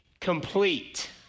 complete